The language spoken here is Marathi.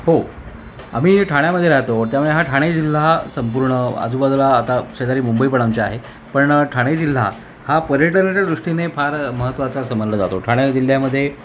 हो आम्ही ठाण्यामध्ये राहतो त्यामुळे हा ठाणे जिल्हा हा संपूर्ण आजूबाजूला आता शेजारी मुंबई पण आमच्या आहे पण ठाणे जिल्हा हा पर्यटनाच्या दृष्टीने फार महत्त्वाचा समजला जातो ठाणे जिल्ह्यामध्ये